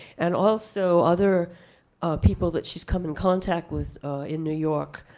and also other people that she's come in contact with in new york.